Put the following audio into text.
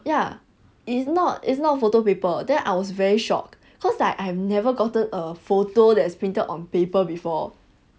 ya it's not it's not photo paper then I was very shock cause I have never gotten a photo that is printed on paper before